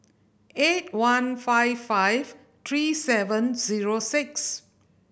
eight one five five three seven zero six